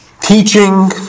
teaching